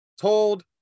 told